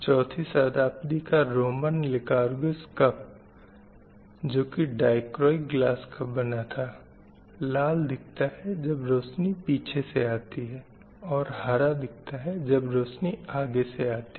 चौथी शताब्दी का रोमन लिकारगुस कप जो की डायक्रोइक ग्लास का बना था लाल दिखता है जब रोशनी पीछे से आती है और हरा जब रोशनी आगे से आती है